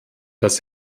das